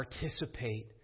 participate